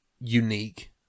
unique